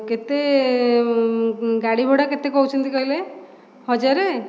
କେତେ ଗାଡ଼ିଭଡ଼ା କେତେ କହୁଛନ୍ତି କହିଲେ ହଜାର